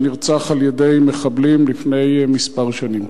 שנרצח על-ידי מחבלים לפני כמה שנים.